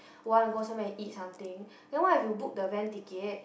wanna go somewhere and eat something then what if you book the van ticket